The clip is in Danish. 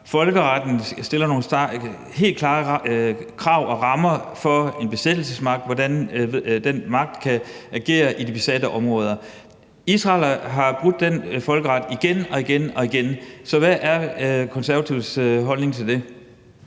Folkeretten stiller nogle helt klare krav til og rammer for en besættelsesmagt om, hvordan den besættelsesmagt skal agere i de besatte områder. Israel har brudt folkeretten igen og igen – så hvad er Konservatives holdning til det?